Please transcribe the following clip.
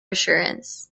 assurance